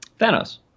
Thanos